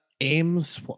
Aims